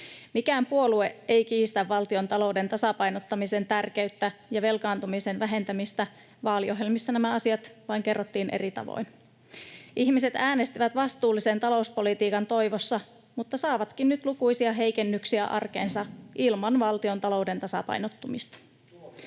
Mikään puolue ei kiistä valtiontalou-den tasapainottamisen tärkeyttä ja velkaantumisen vähentämistä, vaaliohjelmissa nämä asiat vain kerrottiin eri tavoin. Ihmiset äänestivät vastuullisen talouspolitiikan toivossa mutta saavatkin nyt lukuisia heikennyksiä arkeensa ilman valtiontalouden tasapainottumista.